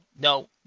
no